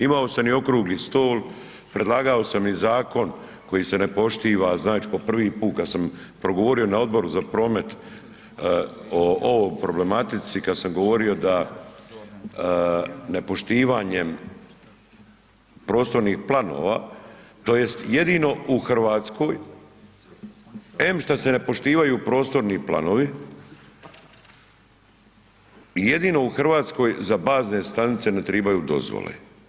Imao sam i okrugli stol, predlagao sam i zakon koji se ne poštiva, znači po prvi put kad sam progovorio na Odboru za promet, o ovom problematici, kad sam govorio da nepoštivanjem prostornih planova, tj. jedino u Hrvatskoj, em što se ne poštivaju prostorni planovi, jedino u Hrvatskoj za bazne stanice ne trebaju dozvole.